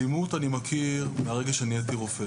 אלימות אני מכיר מהרגע שנהייתי רופא.